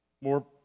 more